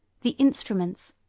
the instruments,